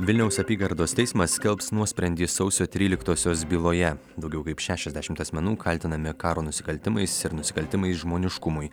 vilniaus apygardos teismas skelbs nuosprendį sausio tryliktosios byloje daugiau kaip šešiasdešimt asmenų kaltinami karo nusikaltimais ir nusikaltimais žmoniškumui